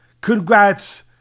Congrats